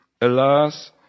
Alas